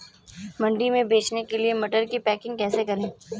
मंडी में बेचने के लिए मटर की पैकेजिंग कैसे करें?